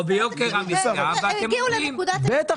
הגיעו לנקודת --- או שנלחמים ביוקר המחיה ואתם אומרים --- בטח